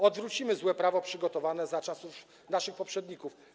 Odwrócimy złe prawo przygotowane za czasów naszych poprzedników.